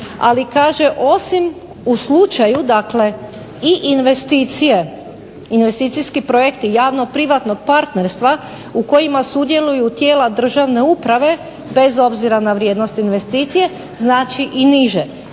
ali kaže osim u slučaju dakle i investicije, investicijski projekti javno privatnog partnerstva u kojima sudjeluju tijela državne uprave bez obzira na vrijednost investicije, znači i niže.